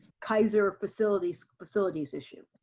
kaiser facilities facilities issue.